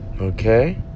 Okay